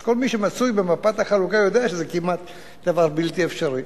אז כל מי שמצוי במפת החלוקה יודע שזה כמעט דבר בלתי אפשרי.